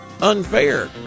unfair